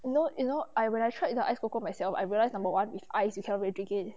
you know you know I when I tried the ice coco myself I realise number one ice you cannot really drink it